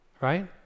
right